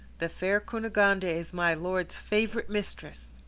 the fair cunegonde is my lord's favourite mistress.